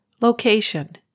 Location